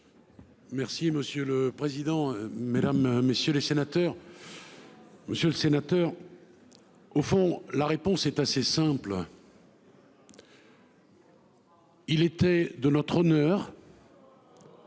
? Monsieur le président, mesdames, messieurs les sénateurs, monsieur le sénateur, au fond, la réponse est assez simple. Il était de notre honneur